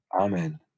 Amen